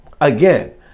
Again